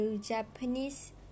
Japanese